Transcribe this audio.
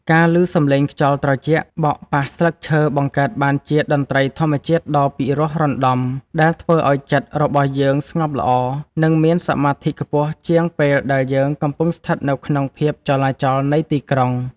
ការឮសំឡេងខ្យល់ត្រជាក់បក់ប៉ះស្លឹកឈើបង្កើតបានជាតន្ត្រីធម្មជាតិដ៏ពិរោះរណ្ដំដែលធ្វើឱ្យចិត្តរបស់យើងស្ងប់ល្អ និង មានសមាធិខ្ពស់ជាងពេលដែលយើងកំពុងស្ថិតនៅក្នុងភាពចលាចលនៃទីក្រុង។